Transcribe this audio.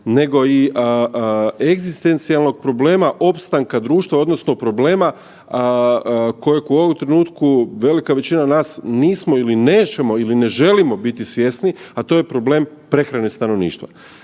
nego i egzistencijalnog problema opstanka društva odnosno problema kojeg u ovom trenutku nismo ili nećemo ili ne želimo biti svjesni, a to je problem prehrane stanovništva.